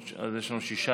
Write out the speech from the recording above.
אז יש לנו שישה